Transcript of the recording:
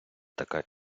така